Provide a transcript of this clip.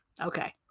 okay